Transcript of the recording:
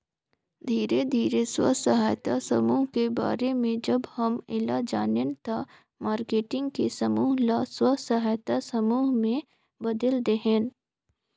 धीरे धीरे स्व सहायता समुह के बारे में जब हम ऐला जानेन त मारकेटिंग के समूह ल स्व सहायता समूह में बदेल देहेन